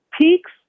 peaks